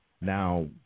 Now